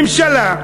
ממשלה,